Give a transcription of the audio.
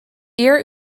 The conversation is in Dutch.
eer